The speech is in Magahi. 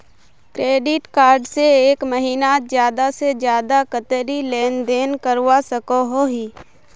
क्रेडिट कार्ड से एक महीनात ज्यादा से ज्यादा कतेरी लेन देन करवा सकोहो ही?